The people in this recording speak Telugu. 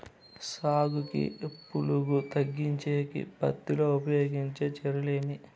సాలుకి పులుగు తగ్గించేకి పత్తి లో ఉపయోగించే చర్యలు ఏమి?